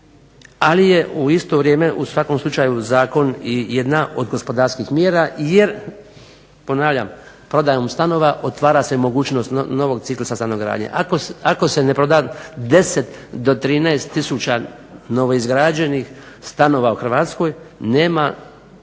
ali je u isto vrijeme u svakom slučaju zakon i jedna od gospodarskih mjera jer ponavljam, prodajom stanova otvara se mogućnost novog ciklusa stanogradnje. Ako se ne proda 10 do 13 tisuća novoizgrađenih stanova u Hrvatskoj nema značajnije nove